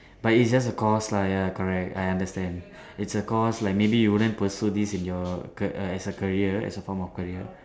but it's just a course lah ya correct I understand its a course like maybe you wouldn't pursue this in your c~ as a career as a form of career